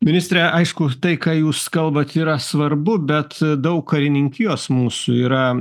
ministre aišku tai ką jūs kalbat yra svarbu bet daug karininkijos mūsų yra